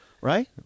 right